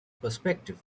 perspective